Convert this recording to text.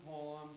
poem